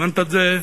הבנת את זה,